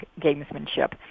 gamesmanship